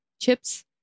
chips